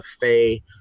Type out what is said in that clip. fey